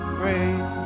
rain